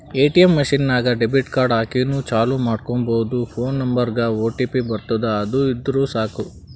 ATM machine ನಾಗ್ debit card ಹಾಕಿನೂ ಚಾಲೂ ಮಾಡ್ಕೊಬೋದು ಫೋನ್ ನಂಬರ್ಗ್ ಒಟಿಪಿ ಬರ್ತುದ್ ಅದು ಇದ್ದುರ್ ಸಾಕು